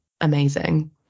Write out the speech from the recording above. amazing